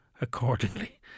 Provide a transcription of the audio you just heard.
accordingly